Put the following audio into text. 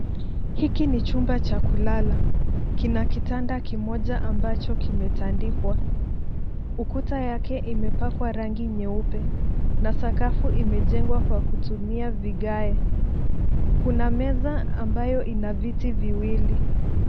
Hiki ni chumba cha kulala. Kina kitanda kimoja ambacho kimetandikwa. Ukuta yake imepakwa rangi nyeupe na sakafu imejengwa kwa kutumia vigae. Kuna meza ambayo ina viti viwili.